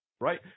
Right